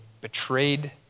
betrayed